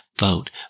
Vote